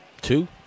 two